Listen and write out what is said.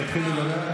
תתחיל לדבר,